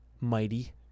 mighty